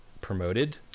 promoted